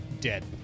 Dead